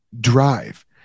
drive